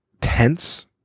tense